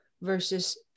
versus